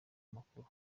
amakuru